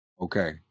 Okay